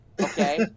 Okay